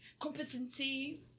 Competency